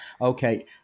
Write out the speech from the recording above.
Okay